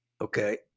Okay